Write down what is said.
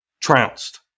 Trounced